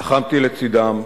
לחמתי לצדם,